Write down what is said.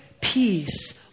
peace